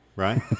Right